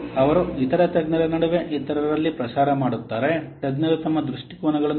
ಅವರು ಇತರ ತಜ್ಞರ ನಡುವೆ ಇತರರಲ್ಲಿ ಪ್ರಸಾರ ಮಾಡುತ್ತಾರೆ ತಜ್ಞರು ತಮ್ಮ ದೃಷ್ಟಿಕೋನಗಳನ್ನು ಚರ್ಚಿಸಲು ಪರಸ್ಪರ ಭೇಟಿಯಾಗುವುದಿಲ್ಲ